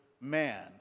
man